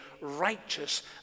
righteous